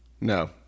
No